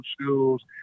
schools –